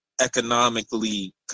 economically